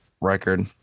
record